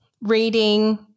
reading